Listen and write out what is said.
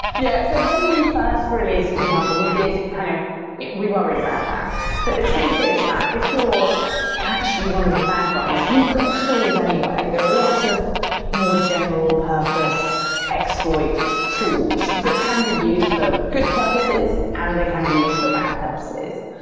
yeah. so when we first released kub-hunter, we did kind of we worried about that, but the truth is that if you're actually one of the bad guys, you've got tools anyways. there are lots of more general purpose exploit tools that can be used for good purposes and they can be used for bad purposes.